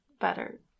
better